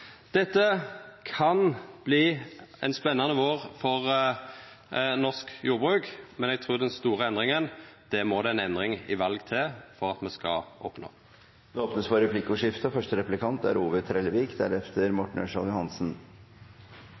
Dette kan verta ein spanande vår for norsk jordbruk, men eg trur at den store endringa må det ei endring i val til for at me skal oppnå. Det blir replikkordskifte. Representanten Lundteigen var litt innom spelereglar, og for